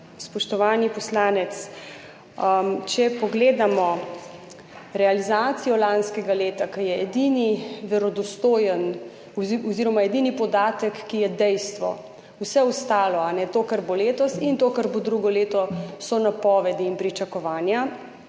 Spoštovani poslanec, če pogledamo realizacijo lanskega leta, ki je edini verodostojen oziroma edini podatek, ki je dejstvo, vse ostalo, to, kar bo letos, in to, kar bo drugo leto, so napovedi in pričakovanja,